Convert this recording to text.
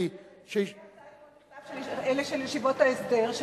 שלא יהיה מצב כמו המכתב של ישיבות ההסדר,